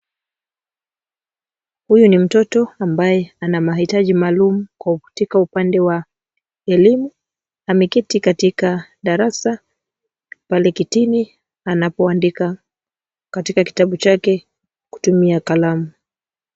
Huyu ni mtoto ambaye ana mahitaji maalum, kwa katika upande wa elimu. Ameketi katika darasa, pale kitini, anapoandika katika kitabu chake kutumia kalamu.